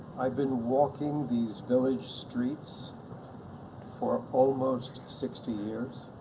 i've been walking these village streets for almost sixty years.